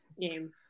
game